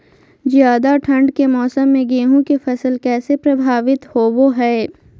ज्यादा ठंड के मौसम में गेहूं के फसल कैसे प्रभावित होबो हय?